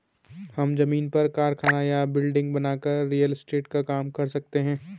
हम जमीन पर कारखाना या बिल्डिंग बनाकर रियल एस्टेट का काम कर सकते है